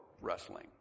wrestling